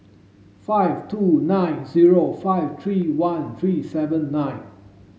five two nine zero five three one three seven nine